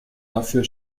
dafür